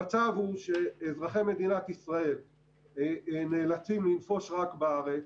המצב הוא שאזרחי מדינת ישראל נאלצים לנפוש רק בארץ,